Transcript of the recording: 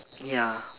ya